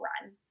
run